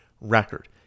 record